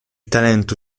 talento